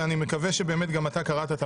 ואני מקווה שבאמת גם אתה קראת שבאמת גם